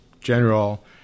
general